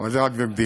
אבל זה רק בבדיחה.